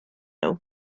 nhw